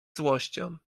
złością